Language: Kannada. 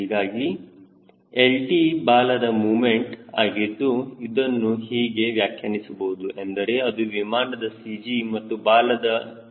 ಹೀಗಾಗಿ lt ಬಾಲದ ಮೂಮೆಂಟ್ ಆಗಿದ್ದು ಅದನ್ನು ಹೇಗೆ ವ್ಯಾಖ್ಯಾನಿಸಬಹುದು ಎಂದರೆ ಅದು ವಿಮಾನದ CG ಹಾಗೂ ಬಾಲದ a